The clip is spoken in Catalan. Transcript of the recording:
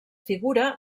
figura